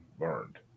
learned